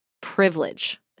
privilege